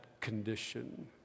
condition